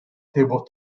table